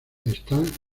están